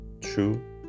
true